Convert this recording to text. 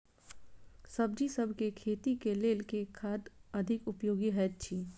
सब्जीसभ केँ खेती केँ लेल केँ खाद अधिक उपयोगी हएत अछि?